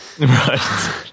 Right